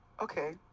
Okay